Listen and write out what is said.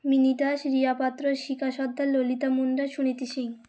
mini Das Riya Patra Shikha Sardar Lalita Munda Suniti Singh